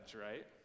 right